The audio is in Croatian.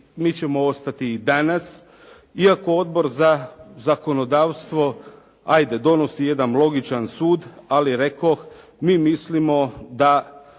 mi ćemo ostati i danas, iako Odbor za zakonodavstvo donosi logičan sud, ali rekoh, mi mislimo da